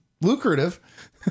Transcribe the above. lucrative